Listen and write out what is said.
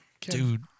Dude